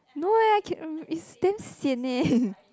no eh it's damn sian eh